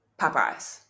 Popeyes